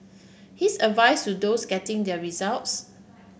his advice to those getting their results